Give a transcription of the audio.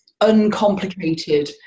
uncomplicated